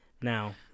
Now